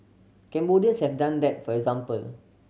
Cambodians have done that for example